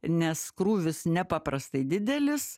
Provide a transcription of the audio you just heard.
nes krūvis nepaprastai didelis